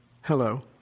Hello